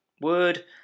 word